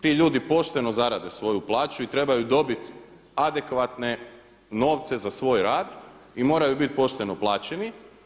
Ti ljudi pošteno zarade svoju plaću i trebaju dobit adekvatne novce za svoj rad i moraju bit pošteno plaćeni.